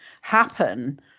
happen